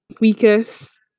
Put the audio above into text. weakest